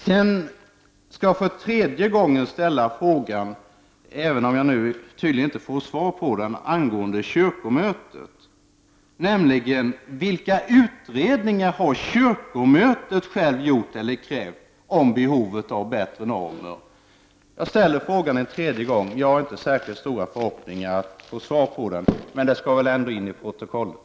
Sedan skall jag för tredje gången ställa frågan angående kyrkomötet: Vilka utredningar har kyrkomötet självt gjort eller krävt om behovet av bättre normer? Jag har inte särskilt stora förhoppningar om att få svar på den frågan, men den skall väl ändå in i protokollet.